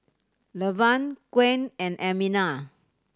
Lavern Gwen and Amina